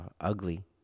ugly